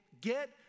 get